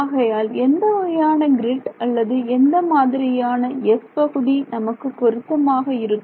ஆகையால் எந்த வகையான கிரிட் அல்லது எந்த மாதிரியான S பகுதி நமக்கு பொருத்தமாக இருக்கும்